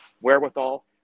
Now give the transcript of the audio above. wherewithal